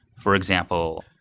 for example,